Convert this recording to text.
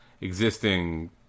existing